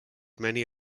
many